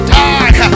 die